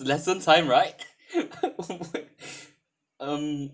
lesson time right onward um